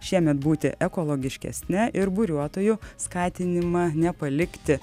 šiemet būti ekologiškesne ir buriuotojų skatinimą nepalikti